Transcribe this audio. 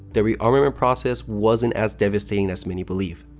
the rearmament process wasn't as devastating as many believe.